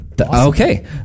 Okay